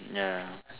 ya